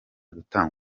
gutanga